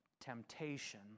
temptation